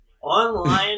online